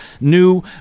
new